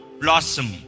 blossom